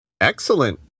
excellent